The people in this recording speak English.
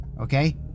okay